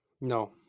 No